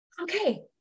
okay